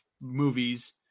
movies